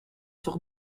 sur